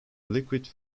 liquid